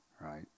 right